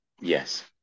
Yes